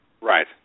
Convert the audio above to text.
Right